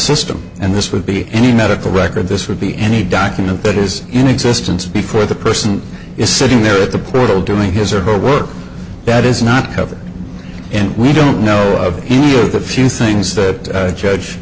system and this would be any medical record this would be any document that is in existence before the person is sitting there at the portal doing his or her work that is not covered and we don't know of a few things that judge